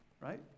right